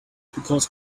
because